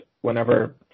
whenever